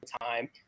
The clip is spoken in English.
time